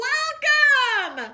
Welcome